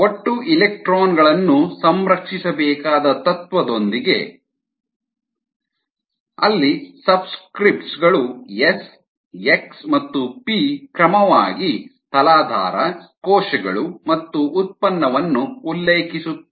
ಒಟ್ಟು ಎಲೆಕ್ಟ್ರಾನ್ಗಳನ್ನು ಸಂರಕ್ಷಿಸಬೇಕಾದ ತತ್ವದೊಂದಿಗೆ Γs a 33 b yx Γx yp Γp c d 0 ಅಲ್ಲಿ ಸಬ್ಸ್ಕ್ರಿಪ್ಟ್ ಗಳು ಎಸ್ ಎಕ್ಸ್ ಮತ್ತು ಪಿ ಕ್ರಮವಾಗಿ ತಲಾಧಾರ ಕೋಶಗಳು ಮತ್ತು ಉತ್ಪನ್ನವನ್ನು ಉಲ್ಲೇಖಿಸುತ್ತವೆ